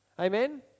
Amen